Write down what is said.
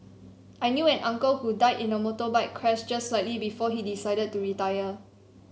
I knew an uncle who died in a motorbike crash just slightly before he decided to retire